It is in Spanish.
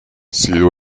sido